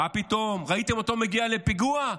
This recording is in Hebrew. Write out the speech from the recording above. מה פתאום, ראיתם אותו מגיע לפיגוע?